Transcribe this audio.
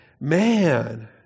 man